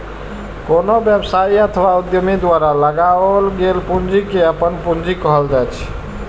कोनो व्यवसायी अथवा उद्यमी द्वारा लगाओल गेल पूंजी कें अपन पूंजी कहल जाइ छै